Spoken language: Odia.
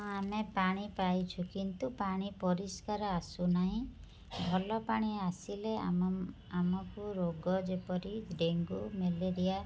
ହଁ ଆମେ ପାଣି ପାଇଛୁ କିନ୍ତୁ ପାଣି ପରିଷ୍କାର ଆସୁନାହିଁ ଭଲ ପାଣି ଆସିଲେ ଆମେ ଆମକୁ ରୋଗ ଯେପରି ଡେଙ୍ଗୁ ମ୍ୟାଲେରିଆ